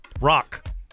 Rock